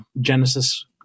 Genesis